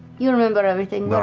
you remember everything. where